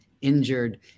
injured